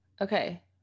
okay